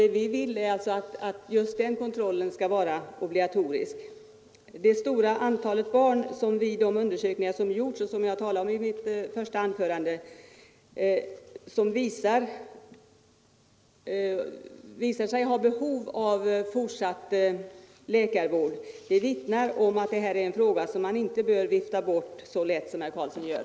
Vad vi vill är just att den kontrollen skall vara obligatorisk. Det stora antalet barn som vid de undersökningar som gjorts — och som jag har talat om i mitt första anförande — visar sig ha behov av fortsatt läkarvård vittnar om att detta är en fråga som man inte bör vifta bort så lätt som herr Karlsson gör.